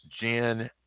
Jen